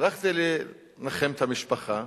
הלכתי לנחם את המשפחה,